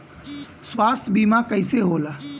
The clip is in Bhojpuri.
स्वास्थ्य बीमा कईसे होला?